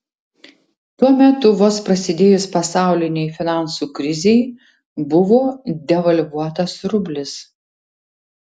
tuo metu vos prasidėjus pasaulinei finansų krizei buvo devalvuotas rublis